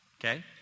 Okay